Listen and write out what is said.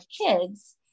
kids